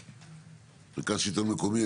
מרכז השלטון המקומי,